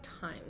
time